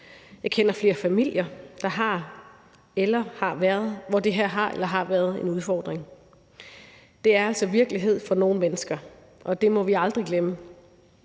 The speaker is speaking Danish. Jeg kender flere familier, hvor det her er eller har været en udfordring. Det er altså virkelighed for nogle mennesker – og det må vi aldrig glemme.